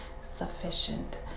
sufficient